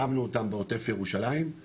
שמנו אותם בעוטף ירושלים,